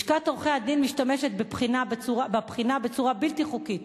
לשכת עורכי-הדין משתמשת בבחינה בצורה בלתי חוקית